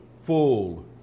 Full